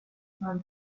done